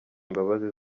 imbabazi